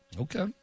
Okay